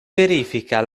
verifica